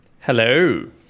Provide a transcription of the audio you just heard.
Hello